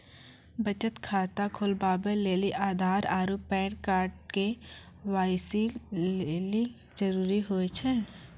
बचत खाता खोलबाबै लेली आधार आरू पैन कार्ड के.वाइ.सी लेली जरूरी होय छै